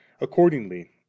accordingly